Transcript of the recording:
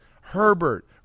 Herbert